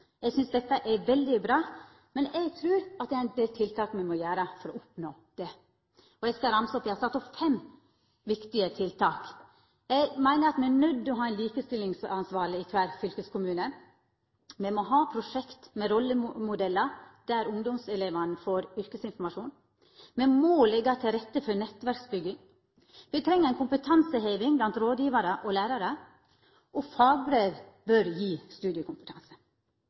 Eg synest dette er veldig bra, men eg trur det er ein del tiltak me må gjera for å oppnå det. Eg skal ramsa opp fem viktige tiltak som eg har sett opp: Eg meiner at me er nøydde til å ha ein likestillingsansvarleg i kvar fylkeskommune. Me må ha prosjekt med rollemodellar der ungdomsskuleelevar får yrkesinformasjon. Me må leggja til rette for nettverksbygging. Me treng ei kompetanseheving blant rådgjevarar og lærarar. Og fagbrev bør gje studiekompetanse.